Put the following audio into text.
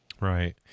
right